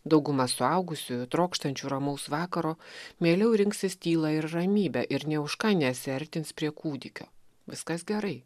dauguma suaugusiųjų trokštančių ramaus vakaro mieliau rinksis tylą ir ramybę ir nė už ką nesiartins prie kūdikio viskas gerai